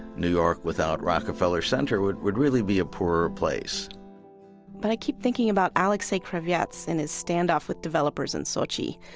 new york without rockefeller center would would really be a poorer place but i keep thinking about alexei kravets in his standoff with developers in sochi.